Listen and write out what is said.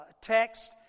text